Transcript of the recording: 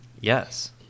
yes